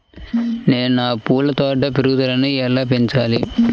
నేను నా పూల తోట పెరుగుదలను ఎలా పెంచాలి?